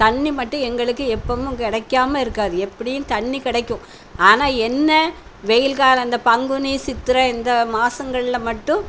தண்ணி மட்டும் எங்களுக்கு எப்போதும் கிடைக்காம இருக்காது எப்படியும் தண்ணி கிடைக்கும் ஆனால் என்ன வெயில்காலம் இந்த பங்குனி சித்திரை இந்த மாதங்கள்ல மட்டும்